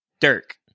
Dirk